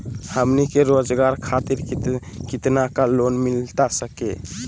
हमनी के रोगजागर खातिर कितना का लोन मिलता सके?